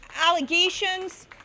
allegations